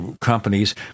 companies